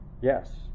Yes